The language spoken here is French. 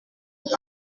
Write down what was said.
qui